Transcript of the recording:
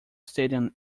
stadium